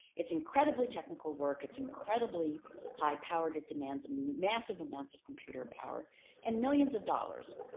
it's incredibly technical work. it's incredibly high powered. it demands massive amounts of computer power and millions of dollars.